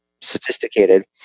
sophisticated